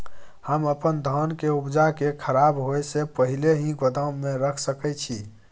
हम अपन धान के उपजा के खराब होय से पहिले ही गोदाम में रख सके छी?